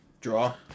Draw